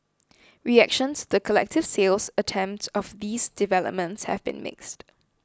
reactions the collective sales attempt of these developments have been mixed